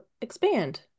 expand